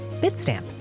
Bitstamp